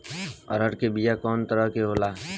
अरहर के बिया कौ तरह के होला?